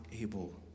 able